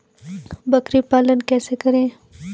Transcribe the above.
बकरी पालन कैसे करें?